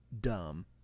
dumb